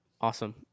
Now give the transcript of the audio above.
Awesome